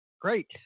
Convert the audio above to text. Great